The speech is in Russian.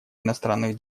иностранных